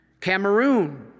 Cameroon